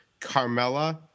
Carmella